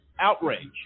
outrage